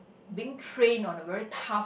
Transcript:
being trained on a very tough